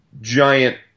giant